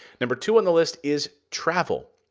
number two on the list is travel.